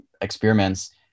experiments